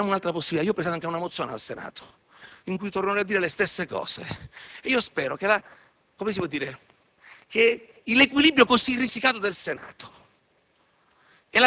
abbiamo un'altra possibilità. Ho presentato anche una mozione al Senato nella quale torno a dire le stesse cose. Spero che l'equilibrio così risicato del Senato